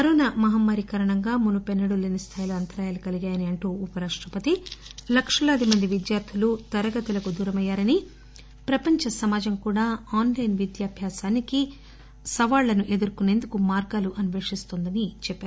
corona మహమ్మారి కారణంగా మునుపెన్నడూ లేని స్థాయిలో అంతరాయాలు కలిగాయని అంటూ ఉపరాష్టపతి లక్షలాది మంది విద్యార్థులు తరగతులకు దూరమయ్యారని ప్రపంచ సమాజం కూడా ఆన్లెన్ విద్యాభ్యాసానికి సవాళ్లను ఎదుర్కొనేందుకు మార్గాలూ అస్వేషిస్తోందని ఆయన చెప్పారు